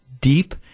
deep